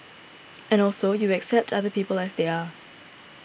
and also you accept other people as they are